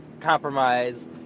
compromise